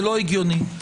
לא הגיוני.